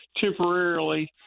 temporarily